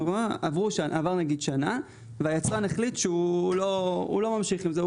עברה שנה והיצרן החליט שהוא לא ממשיך עם זה,